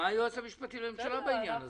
מה היועץ המשפטי לממשלה בעניין הזה?